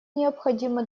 необходимо